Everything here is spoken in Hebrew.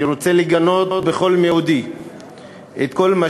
אני רוצה לגנות בכל מאודי את כל מה